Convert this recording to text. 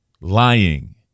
lying